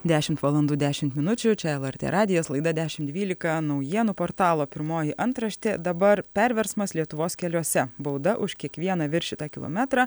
dešimt valandų dešimt minučių čia lrt radijas laida dešim dvylika naujienų portalo pirmoji antraštė dabar perversmas lietuvos keliuose bauda už kiekvieną viršytą kilometrą